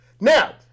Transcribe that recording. Now